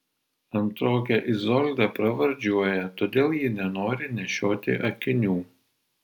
antrokę izoldą pravardžiuoja todėl ji nenori nešioti akinių